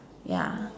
ya